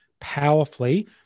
powerfully